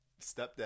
stepdad